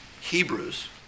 Hebrews